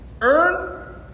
Earn